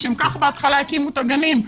לשם כך בהתחלה הקימו את הגנים,